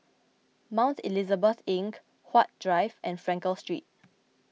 Mount Elizabeth Link Huat Drive and Frankel Street